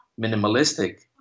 minimalistic